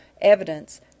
evidence